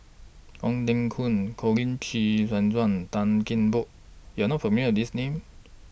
Ong Teng Koon Colin Qi Zhe Quan Tan Kian Por YOU Are not familiar with These Names